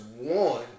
one